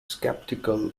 skeptical